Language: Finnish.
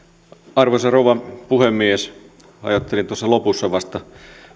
arvoisa rouva puhemies ajattelin vasta lopussa